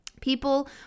People